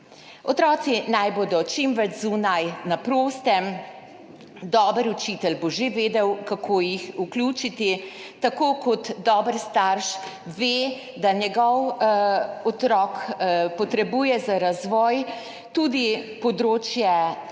Otroci naj bodo čim več zunaj, na prostem. Dober učitelj bo že vedel, kako jih vključiti, tako kot dober starš ve, da njegov otrok potrebuje za razvoj tudi področje